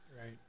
Right